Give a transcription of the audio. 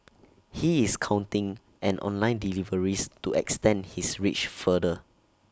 he is counting on online deliveries to extend his reach farther